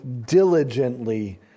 diligently